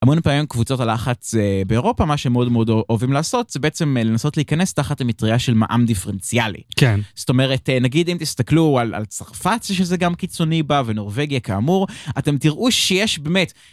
המון פעמים קבוצות הלחץ באירופה מה שהם מאוד מאוד אוהבים לעשות זה בעצם לנסות להיכנס תחת המטריה של מע"מ דיפרנציאלי. כן. זאת אומרת נגיד אם תסתכלו על צרפת שזה גם קיצוני בה ונורבגיה כאמור אתם תראו שיש באמת.